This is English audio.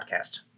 podcast